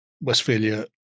Westphalia